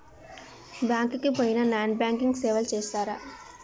Bank కి పోయిన non banking సేవలు చేస్తరా?